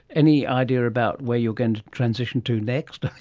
any idea about where you're going to transition to next,